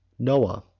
noah,